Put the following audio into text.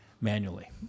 manually